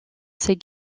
ses